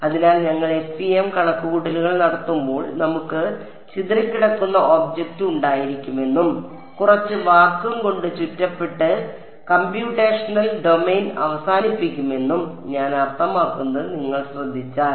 അതിനാൽ ഞങ്ങൾ FEM കണക്കുകൂട്ടലുകൾ നടത്തുമ്പോൾ നമുക്ക് ചിതറിക്കിടക്കുന്ന ഒബ്ജക്റ്റ് ഉണ്ടായിരിക്കുമെന്നും കുറച്ച് വാക്വം കൊണ്ട് ചുറ്റപ്പെട്ട് കമ്പ്യൂട്ടേഷണൽ ഡൊമെയ്ൻ അവസാനിപ്പിക്കുമെന്നും ഞാൻ അർത്ഥമാക്കുന്നത് നിങ്ങൾ ശ്രദ്ധിച്ചാൽ